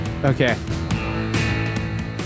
Okay